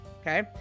Okay